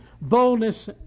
boldness